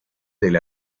del